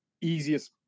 easiest